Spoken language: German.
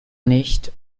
nicht